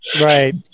Right